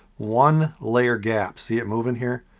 one layer gap. see it moving here?